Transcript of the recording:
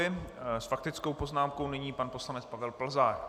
S faktickou poznámkou nyní pan poslanec Pavel Plzák.